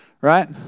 right